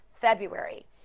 February